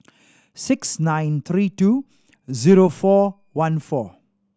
six nine three two zero four one four